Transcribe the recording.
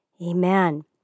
Amen